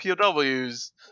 POWs